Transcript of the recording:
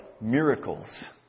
miracles